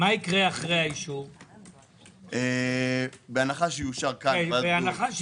מה יקרה אחרי האישור בהנחה שיאושר הכול?